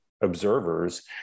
observers